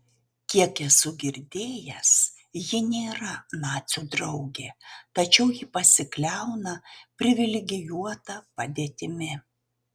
kiek esu girdėjęs ji nėra nacių draugė tačiau ji pasikliauna privilegijuota padėtimi